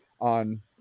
on